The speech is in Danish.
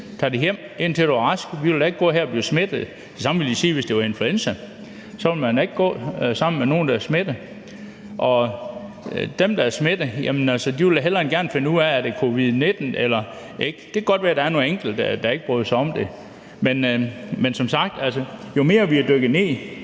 tag da hjem, indtil du er rask. De vil da ikke gå der og blive smittet. Det samme ville de sige, hvis det var influenza – så vil man ikke gå sammen med nogle, der er smittet. Og dem, der er smittet, vil da hellere end gerne finde ud af, om det er covid-19 eller ikke. Det kan godt være, der er nogle enkelte, der ikke bryder sig om det, men som sagt: Jo mere vi dykker ned